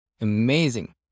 Amazing